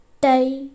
Day